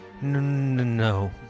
no